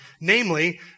namely